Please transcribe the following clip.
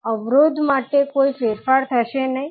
અવરોધ માટે કોઈ ફેરફાર થશે નહીં